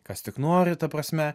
kas tik nori ta prasme